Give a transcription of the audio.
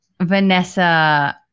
Vanessa